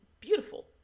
beautiful